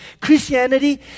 Christianity